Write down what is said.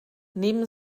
neben